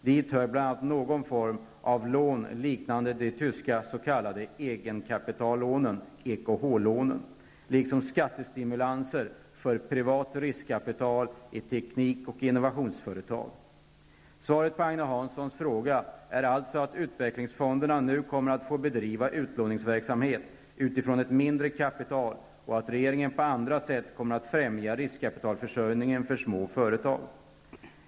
Dit hör bl.a. någon form av lån liknande de tyska s.k. egenkapitallånen, EKH lånen, liksom skattestimulanser för privat riskkapital i teknik och innovationsföretag. Svaret på Agne Hanssons fråga är alltså att utvecklingsfonderna nu kommer att få bedriva utlåningsverksamhet utifrån ett mindre kapital och att regeringen på andra sätt kommer att främja riskkapitalförsörjningen för småföretag.